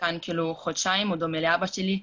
כבר במשך חודשיים והוא דומה לאבא שלי.